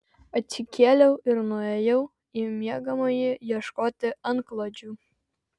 atsikėliau ir nuėjau į miegamąjį ieškoti antklodžių